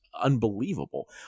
unbelievable